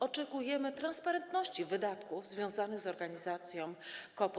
Oczekujemy transparentności wydatków związanych z organizacją COP24.